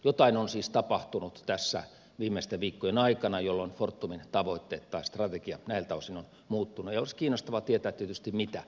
jotain on siis tapahtunut tässä viimeisten viikkojen aikana jolloin fortumin tavoitteet tai strategia näiltä osin ovat muuttuneet ja olisi tietysti kiinnostavaa tietää mitä